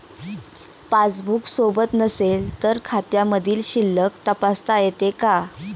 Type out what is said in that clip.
Passbook सोबत नसेल तर खात्यामधील शिल्लक तपासता येते का?